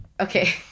Okay